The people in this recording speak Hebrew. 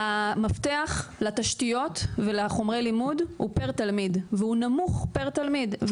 המפתח לתשתיות ולחומרי לימוד הוא פר תלמיד והוא נמוך פר תלמיד,